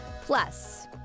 Plus